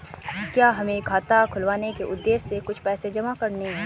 क्या हमें खाता खुलवाने के उद्देश्य से कुछ पैसे जमा करने होंगे?